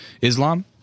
islam